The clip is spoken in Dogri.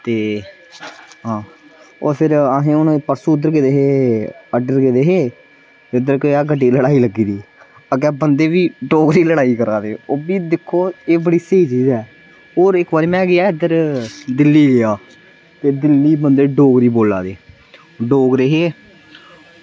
ते आं ओह् फिर असें हून परसूं उद्धर गेदे हे अड्डे र गेदे हे इद्धर केह् होया गड्डी लड़ाई लग्गी दी अग्गै बंदे वी डोगरी च लड़ाई करा दे ओह्बी दिक्खो एह् बड़ी स्हेई चीज ऐ और इक बारी में गेआ इद्धर दिल्ली गेआ ते दिल्ली बंदे डोगरी बोला दे डोगरे हे